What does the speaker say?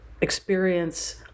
experience